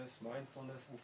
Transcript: mindfulness